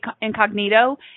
incognito